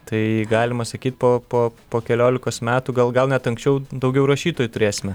tai galima sakyt po po keliolikos metų gal gal net anksčiau daugiau rašytojų turėsime